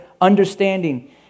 understanding